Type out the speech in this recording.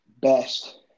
best